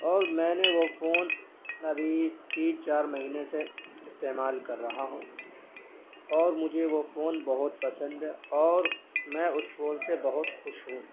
اور میں نے وہ فون ابھی تین چار مہینے سے استعمال کر رہا ہوں اور مجھے وہ فون بہت پسند ہے اور میں اس فون سے بہت خوش ہوں